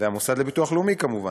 והמוסד לביטוח לאומי, כמובן,